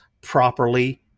properly